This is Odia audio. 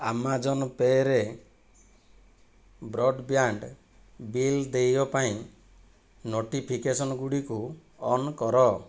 ଆମାଜନ୍ ପେ'ରେ ବ୍ରଡ଼୍ବ୍ୟାଣ୍ଡ୍ ବିଲ୍ ଦେୟ ପାଇଁ ନୋଟିଫିକେସନ୍ ଗୁଡ଼ିକୁ ଅନ୍ କର